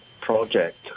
project